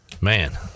Man